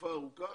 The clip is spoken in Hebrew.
תקופה ארוכה